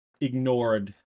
ignored